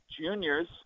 juniors